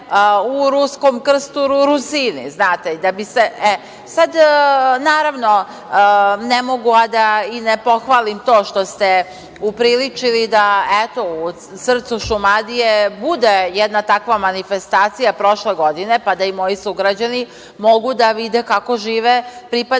u Ruskom Krsturu Rusini, znate. Naravno, ne mogu a da ne pohvalim to što ste upriličiti da, eto, u srcu Šumadije bude jedna takva manifestacija prošle godine, pa da i moji sugrađani mogu da vide kako žive pripadnici